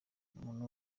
umuntu